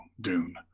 Dune